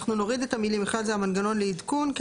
אנחנו נוריד את המילים "ובכלל זה המנגנון לעדכון" כי